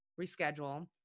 reschedule